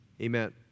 Amen